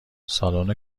سالن